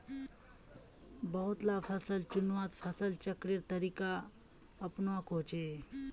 बहुत ला फसल चुन्वात फसल चक्रेर तरीका अपनुआ कोह्चे